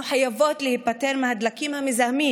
אנחנו חייבות להיפטר מהדלקים המזהמים